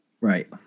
Right